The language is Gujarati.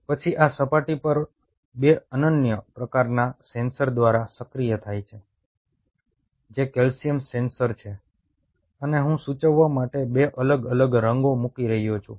પછી આ સપાટી પર 2 અનન્ય પ્રકારના સેન્સર દ્વારા સક્રિય થાય છે જે કેલ્શિયમ સેન્સર છે અને હું સૂચવવા માટે 2 અલગ અલગ રંગો મૂકી રહ્યો છું